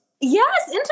yes